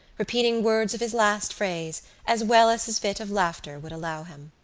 repeating words of his last phrase as well as his fit of laughter would allow him.